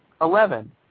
Eleven